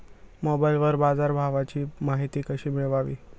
मोबाइलवर बाजारभावाची माहिती कशी मिळवावी?